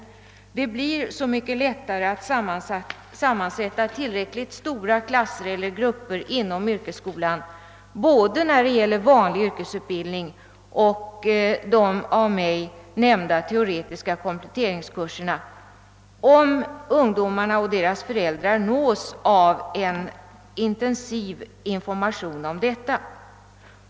Det blir så mycket lättare att sammansätta tillräckligt stora klasser eller grupper inom yrkesskolan både när det gäller vanlig yrkesutbildning och de av mig nämnda kompletteringskurserna, om ungdomarna och deras föräldrar nås av en intensiv information om detta.